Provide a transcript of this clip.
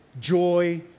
joy